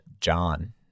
John